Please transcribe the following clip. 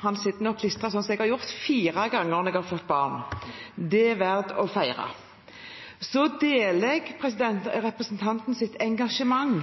Han sitter nok klistra, slik jeg har gjort – fire ganger – når jeg har fått barn. Det er verdt å feire! Jeg deler representantens engasjement,